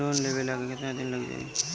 Loan लेबे ला कितना दिन लाग जाई?